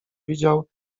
widział